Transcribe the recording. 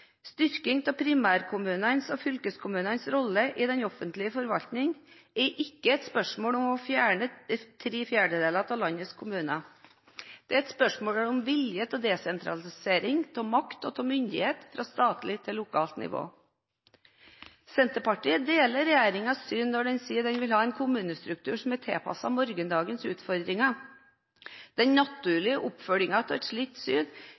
Styrking av primærkommunenes og fylkeskommunenes rolle i den offentlige forvaltningen er ikke et spørsmål om å fjerne tre fjerdedeler av landets kommuner. Det er et spørsmål om vilje til desentralisering av makt og myndighet fra statlig til lokalt nivå. Senterpartiet deler regjeringens syn når den sier den vil ha en kommunestruktur som er tilpasset morgendagens utfordringer. Den naturlige oppfølgingen av et slikt syn